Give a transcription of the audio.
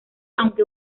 aunque